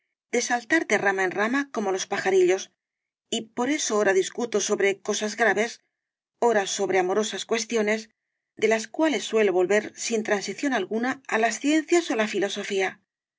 de saltar de rama en rama como los pajarillos y por eso ora discuto sobre cosas graves ora sobre amorosas cuestiones de las cuales suelo volver sin transición alguna á las ciencias ó la filosofía